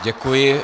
Děkuji.